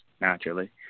naturally